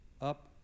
Up